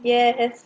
yes